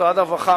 ומשרד הרווחה